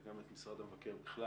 וגם את משרד המבקר בכלל.